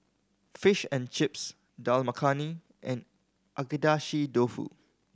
Fish and Chips Dal Makhani and Agedashi Dofu